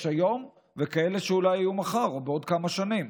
היום וכאלה שאולי יהיו מחר או בעוד כמה שנים?